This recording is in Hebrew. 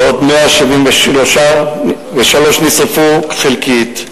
ועוד 173 נשרפו חלקית.